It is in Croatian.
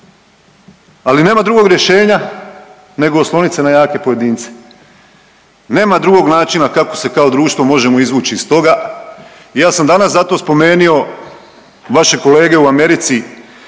Ali nema drugog rješenja nego oslonit se na jake pojedince. Nema drugog načina kako se kao društvo možemo izvući iz toga. I ja sam danas zato spomenuo vaše kolege u Americi